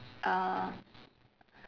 uh